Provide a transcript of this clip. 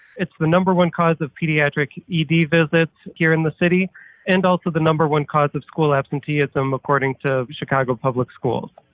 it's the number one cause of pediatric ed visits here in the city and also the number one cause of school absenteeism according to chicago public schools.